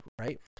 right